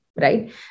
Right